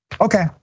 Okay